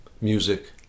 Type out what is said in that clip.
Music